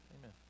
Amen